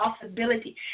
possibility